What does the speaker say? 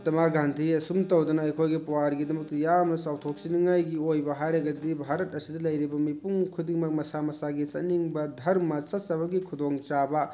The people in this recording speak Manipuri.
ꯃꯥꯍꯥꯇꯃꯥ ꯒꯥꯟꯙꯤ ꯑꯁꯨꯝ ꯇꯧꯗꯅ ꯑꯩꯈꯣꯏꯒꯤ ꯄꯨꯋꯥꯔꯤꯒꯤꯗꯃꯛꯇ ꯌꯥꯝꯅ ꯆꯥꯎꯊꯣꯛꯆꯅꯤꯡꯉꯥꯏꯒꯤ ꯑꯣꯏꯕ ꯍꯥꯏꯔꯒꯗꯤ ꯚꯥꯔꯠ ꯑꯁꯤꯗ ꯂꯩꯔꯤꯕ ꯃꯤꯄꯨꯝ ꯈꯨꯗꯤꯡꯃꯛ ꯃꯁꯥ ꯃꯁꯥꯒꯤ ꯆꯠꯅꯤꯡꯕ ꯙꯔꯃꯥ ꯆꯠꯆꯕꯒꯤ ꯈꯨꯗꯣꯡ ꯆꯥꯕ